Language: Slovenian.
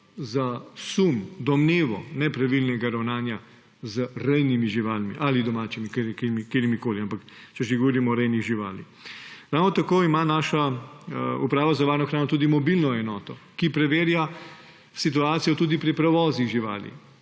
za sum, domnevo nepravilnega ravnanja z rejnimi živalmi ali domačimi, katerimikoli, ampak če že govorimo o rejnih živalih. Ravno tako ima naša uprava za varno hrano tudi mobilno enoto, ki preverja situacijo tudi pri prevozih živali.